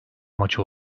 maçı